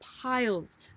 piles